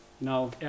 no